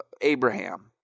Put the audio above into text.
Abraham